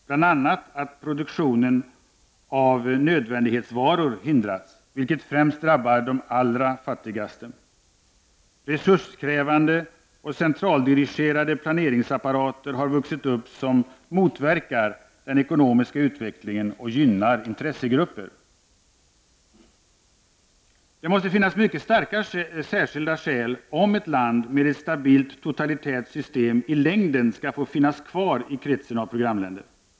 Bl.a. har produktionen av nödvändighetsvaror hindrats, vilket främst drabbar de allra fattigaste. Resurskrävande och centraldirigerade planeringsapparater har vuxit upp som motverkar den ekonomiska utvecklingen och gynnar intressegrupper. Det måste finnas mycket starka särskilda skäl om ett land med ett stabilt totalitärt system i längden skall få finnas kvar i kretsen av programländer.